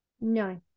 No